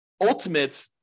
ultimate